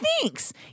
thanks